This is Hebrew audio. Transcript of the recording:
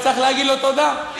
וצריך להגיד לו תודה.